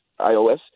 iOS